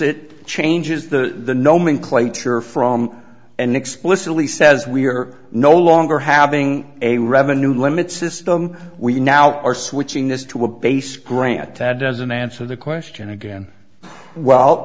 it changes it changes the nomenclature from an explicitly says we are no longer having a revenue limit system we now are switching this to a base grant that doesn't answer the question again well